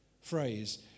phrase